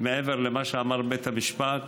מעבר למה שאמר בית המשפט,